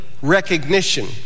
recognition